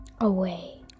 away